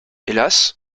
hélas